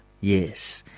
yes